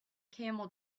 camel